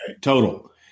Total